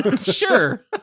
sure